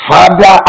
Father